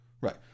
Right